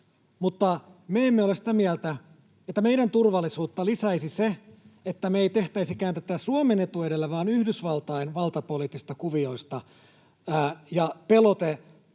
Mutta me emme ole sitä mieltä, että meidän turvallisuutta lisäisi se, että me ei tehtäisikään tätä Suomen etu edellä vaan Yhdysvaltain valtapoliittisista kuvioista ja pelote-sanan